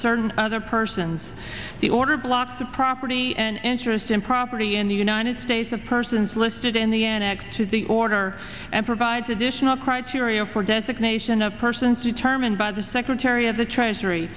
certain other persons the order blocks of property and interest in property in the united states of persons listed in the annex to the order and provides additional criteria for designation of persons determined by the secretary of the treasury